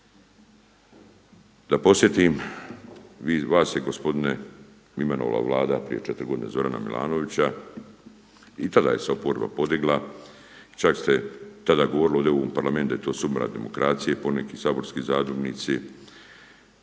Da podsjetim, vas je gospodine imenovala Vlada prije 4 godine Zorana Milanovića i tada se oporba podigla, čak ste tada govorili ovdje u Parlamentu da je to …/Govornik se ne razumije./…